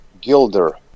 Gilder